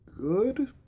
good